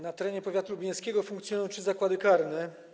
Na terenie powiatu lublinieckiego funkcjonują trzy zakłady karne.